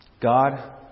God